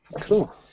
Cool